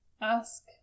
ask